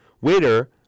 Waiter